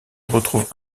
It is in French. retrouvent